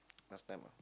last time ah